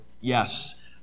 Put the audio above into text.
yes